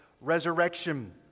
resurrection